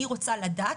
אני רוצה לדעת,